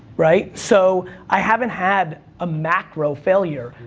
right? so i haven't had a macro failure.